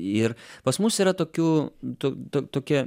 ir pas mus yra tokių tu tu tokie